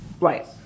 Right